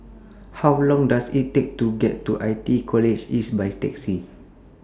How Long Does IT Take to get to I T E College East By Taxi